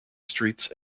streets